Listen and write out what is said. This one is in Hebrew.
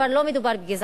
כבר לא מדובר בגזענות,